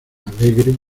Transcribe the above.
alegre